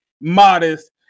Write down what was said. modest